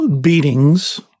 beatings